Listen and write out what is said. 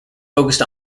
focused